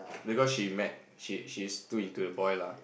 because she met she she is too into the boy lah